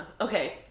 Okay